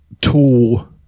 tool